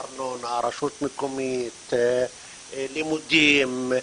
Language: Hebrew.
ארנונה, רשות מקומית, לימודים,